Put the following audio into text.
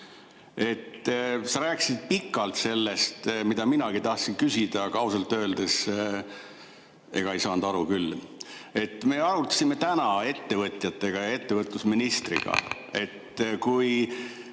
Sa rääkisid pikalt sellest, mida minagi tahtsin küsida, aga ausalt öeldes ega ei saanud aru küll. Me arutasime täna ettevõtjatega ja ettevõtlusministriga, et kui